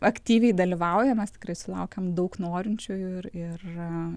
aktyviai dalyvauja mes tikrai sulaukiam daug norinčiųjų ir ir